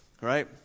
Right